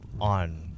on